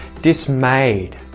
dismayed